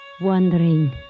wondering